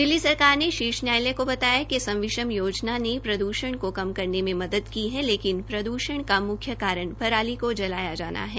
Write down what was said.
दिल्ली सरकार ने शीर्ष न्यायालय को बताया कि सम विषम योजना ने प्रद्वषण को कम करने में मदद की है लेकिन प्रदूषण का म्ख्य कारण पराली को जलाया जाना है